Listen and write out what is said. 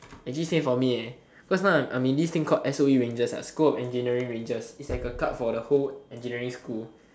actually same for me eh cause now I'm I'm in this thing called s_o_e rangers what school of engineering rangers it's like a club for the whole engineering school